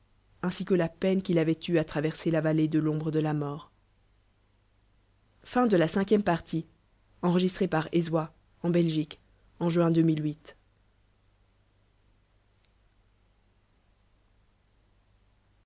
aiosi que la peine qu'il avait eue traverser la valléq de l'ombre de la mort